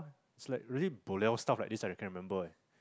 it's like really boliao stuff like this I can remember one